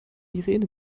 irene